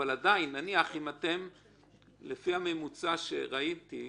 אבל עדיין לפי הממוצע שראיתי ושמעתי,